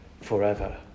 forever